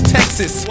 Texas